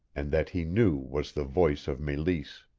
and that he knew was the voice of meleese.